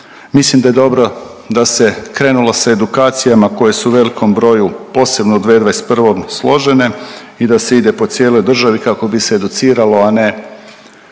mislim da je dobro da se krenulo sa edukacijama koje su u velikom broju posebno 2021. složene i da se ide po cijeloj državi kako bi se educiralo, a ne